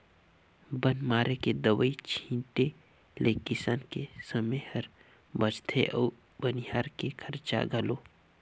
बन मारे के दवई छीटें ले किसान के समे हर बचथे अउ बनिहार के खरचा घलो